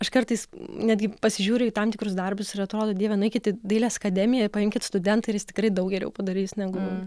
aš kartais netgi pasižiūriu į tam tikrus darbus ir atrodo dieve nueikit į dailės akademiją paimkit studentą ir jis tikrai daug geriau padarys negu